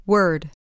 Word